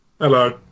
Hello